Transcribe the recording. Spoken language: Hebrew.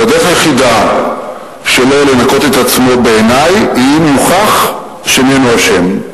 והדרך היחידה שלו לנקות את עצמו בעיני היא אם יוכח שאיננו אשם,